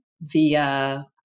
via